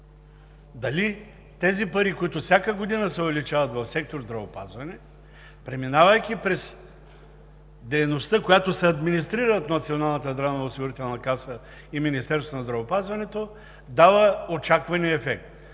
Дали тези пари, които всяка година се увеличават в сектор „Здравеопазване“, преминавайки през дейността, която се администрира от Националната